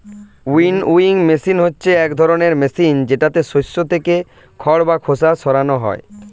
winnowing machine হচ্ছে এক ধরনের মেশিন যেটাতে শস্য থেকে খড় বা খোসা সরানো হয়